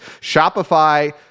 Shopify